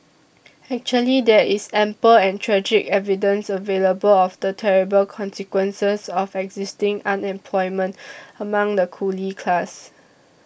actually there is ample and tragic evidence available of the terrible consequences of existing unemployment among the coolie class